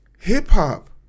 Hip-hop